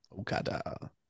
Okada